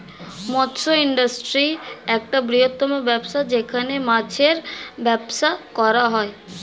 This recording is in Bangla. মৎস্য ইন্ডাস্ট্রি একটা বৃহত্তম ব্যবসা যেখানে মাছের ব্যবসা করা হয়